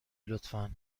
لطفا